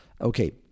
Okay